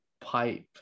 pipe